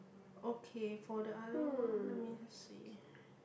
okay for the other one let me see